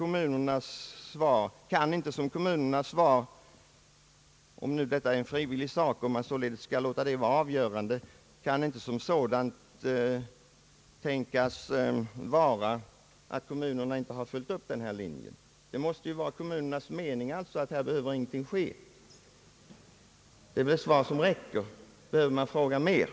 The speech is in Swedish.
Men, herr statsråd, kan inte kommunernas svar — om genomförandet nu är en frivillig sak och man således skall låta detta vara avgörande — ligga däri att kommunerna inte har följt upp denna linje? Kommunernas mening måste ju då vara att här behöver inte någonting ske. Det är väl ett svar som räcker. Behöver man svara mer?